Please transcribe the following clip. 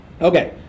Okay